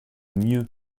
mieux